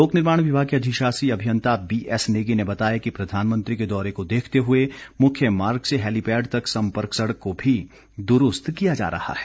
लोक निर्माण विभाग के अधिशासी अभियंता बीएस नेगी ने बताया कि प्रधानमंत्री के दौरे को देखते हुए मुख्य मार्ग से हैलीपैड तक सम्पर्क सड़क को भी दुरूस्त किया जा रहा है